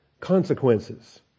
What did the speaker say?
consequences